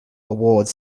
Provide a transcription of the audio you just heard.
awards